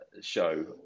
show